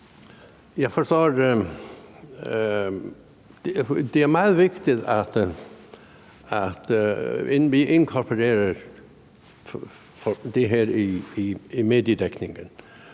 (SP): Tak. Det er meget vigtigt, at vi inkorporerer det her i mediedækningen,